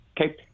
okay